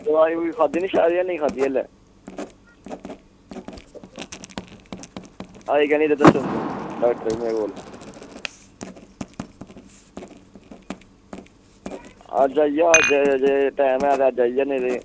दवाई दवुई खाद्धी जां नेईं खाद्धी हालें आई कैल्ली नी दस्सन तूं डाक्टर कोल अज्ज आई जा अज्ज टैम है ते अज्ज आई जा नेईं ते